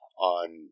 on